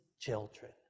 children